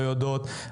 לא יודעות,